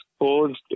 exposed